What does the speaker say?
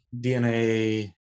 DNA